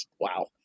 Wow